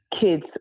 kids